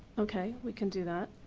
okay. we can do that.